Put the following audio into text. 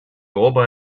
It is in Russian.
оба